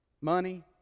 money